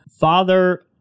Father